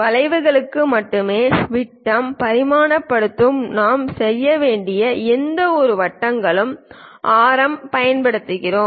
வளைவுகளுக்கு மட்டுமே விட்டம் பரிமாணத்துடன் நாம் செல்ல வேண்டிய எந்தவொரு வட்டங்களுக்கும் ஆரம் பயன்படுத்துகிறோம்